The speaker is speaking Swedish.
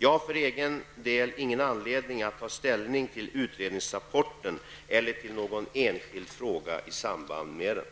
Jag har för egen del ingen anledning att ta ställning till arbetsgruppens förslag eller till någon enskild fråga som har samband med detta.